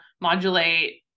modulate